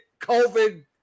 COVID